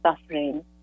suffering